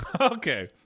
Okay